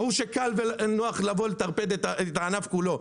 ברור שקל ונוח לבוא לטרפד את הענף כולו.